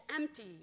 empty